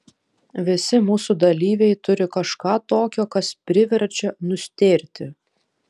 visi mūsų dalyviai turi kažką tokio kas priverčia nustėrti